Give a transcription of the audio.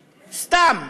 סתם.